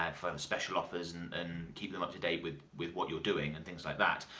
um for um special offers and and keep them up to date with with what you're doing and things like that.